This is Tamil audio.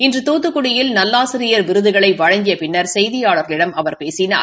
இன்று தூத்துக்குடியில் நல்லாசிரியர் விருதுகளை வழங்கிய பின்னர் செய்தியாளர்களிடம் அவர் பேசினார்